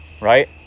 Right